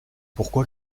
pourquoi